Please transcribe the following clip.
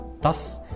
Thus